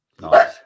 Nice